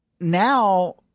now